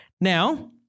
Now